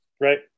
right